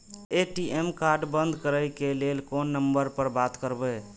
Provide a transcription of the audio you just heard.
ATM card बंद करे के लेल कोन नंबर पर बात करबे?